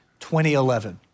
2011